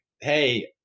hey